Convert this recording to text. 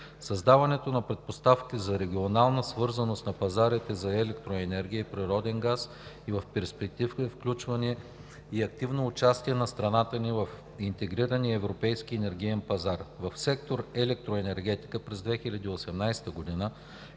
създаването на предпоставки за регионална свързаност на пазарите на електроенергия и природен газ и в перспектива – включване и активно участие на страната ни в интегрирания европейски енергиен пазар. В сектор „Електроенергетика“ през 2018 г.